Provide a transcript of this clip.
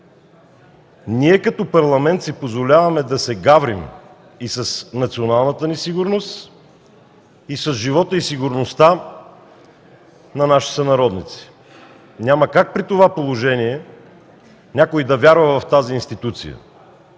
Ние като парламент си позволяваме да се гаврим с националната ни сигурност и с живота и сигурността на наши сънародници. Няма как при това положение някой да вярва в тази институция,